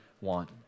want